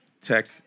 tech